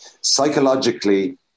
psychologically